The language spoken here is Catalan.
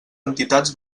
entitats